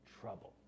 trouble